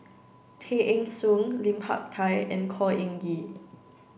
Tay Eng Soon Lim Hak Tai and Khor Ean Ghee